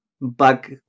bug